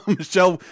Michelle